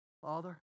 Father